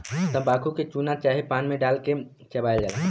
तम्बाकू के चूना चाहे पान मे डाल के चबायल जाला